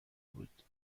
بود